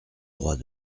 droit